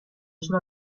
sulla